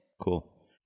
Cool